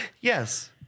Yes